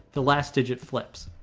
the last digit flips.